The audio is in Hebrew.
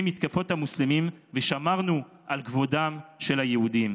מתקפות המוסלמים ושמרנו על כבודם של היהודים.